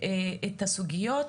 את הסוגיות,